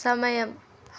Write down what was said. సమయం